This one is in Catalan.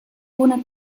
una